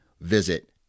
visit